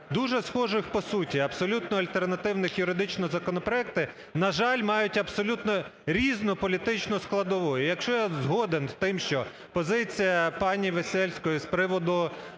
дуже схожих по суті, абсолютно альтернативних юридично законопроект, на жаль, мають абсолютно різну політичну складову. І якщо я згоден з тим, що позиція пані Веселової з приводу